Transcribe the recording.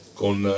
con